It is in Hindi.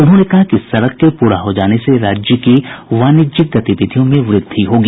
उन्होंने कहा है कि इस सड़क के पूरा हो जाने से राज्य की वाणिज्यिक गतिविधियों में वृद्धि होगी